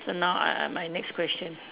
so now I I my next question